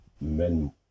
men